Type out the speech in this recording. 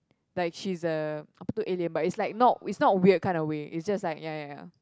like she is a apa tu alien but it's like not it's not weird kind of way it's just like ya ya ya